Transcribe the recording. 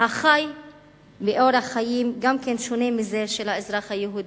החי באורח חיים שונה מזה של האזרח היהודי.